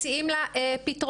מציעים לה פתרונות,